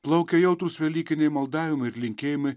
plaukia jautrūs velykiniai maldavimai ir linkėjimai